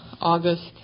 August